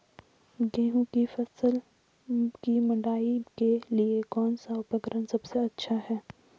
गेहूँ की फसल की मड़ाई के लिए कौन सा उपकरण सबसे अच्छा है?